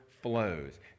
flows